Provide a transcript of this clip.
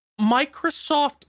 microsoft